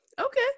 Okay